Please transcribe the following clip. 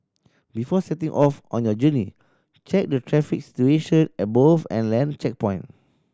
before setting off on your journey check the traffic situation at both and land checkpoint